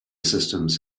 systems